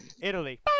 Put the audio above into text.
Italy